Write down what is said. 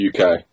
UK